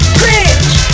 cringe